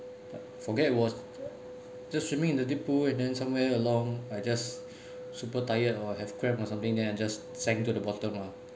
forget was just swimming in the deep pool and then somewhere along I just super tired or have cramp or something then I just sank to the bottom lah